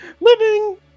Living